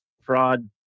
fraud